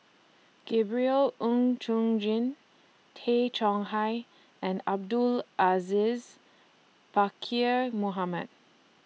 Gabriel Oon Chong Jin Tay Chong Hai and Abdul Aziz Pakkeer Mohamed